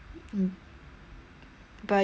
but you can stay there so long meh